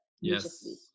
Yes